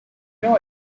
know